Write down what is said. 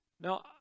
Now